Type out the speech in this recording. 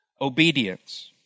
obedience